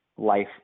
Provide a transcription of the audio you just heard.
life